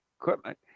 equipment